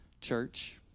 church